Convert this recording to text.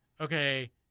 okay